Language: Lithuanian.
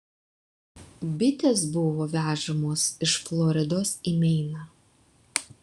bitės buvo vežamos iš floridos į meiną